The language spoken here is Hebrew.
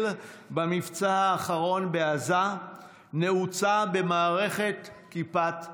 במבצע האחרון בעזה נעוצה במערכת כיפת ברזל.